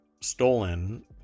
stolen